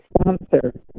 sponsor